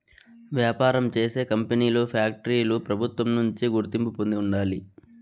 వ్యాపారం చేసే కంపెనీలు ఫ్యాక్టరీలు ప్రభుత్వం నుంచి గుర్తింపు పొంది ఉండాలి